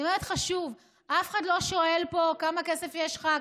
אני אומרת לך שוב: אף אחד לא שואל פה כמה כסף יש לך,